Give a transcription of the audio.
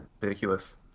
ridiculous